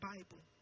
Bible